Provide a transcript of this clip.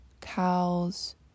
cows